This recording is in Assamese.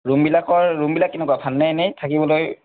ৰূমবিলাকৰ ৰূমবিলাক কেনেকুৱা ভালনে এনেই থাকিবলৈ